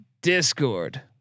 discord